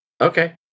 Okay